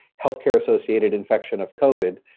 health care associated infection of covid.